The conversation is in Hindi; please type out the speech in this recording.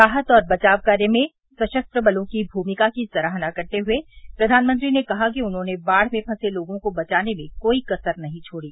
राहत और बचाव कार्य में सशस्त्र बलों की भूमिका की सराहना करते हुए प्रधानमंत्री ने कहा कि उन्होंने बाढ़ में फंसे लोगों को बचाने में कोई कसर नहीं छोड़ी